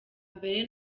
mbere